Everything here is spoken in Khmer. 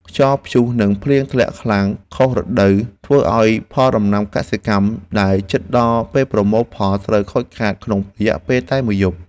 ខ្យល់ព្យុះនិងភ្លៀងធ្លាក់ខ្លាំងខុសរដូវកាលធ្វើឱ្យផលដំណាំកសិកម្មដែលជិតដល់ពេលប្រមូលផលត្រូវខូចខាតក្នុងរយៈពេលតែមួយយប់។